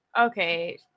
Okay